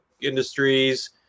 industries